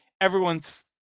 Everyone's